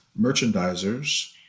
merchandisers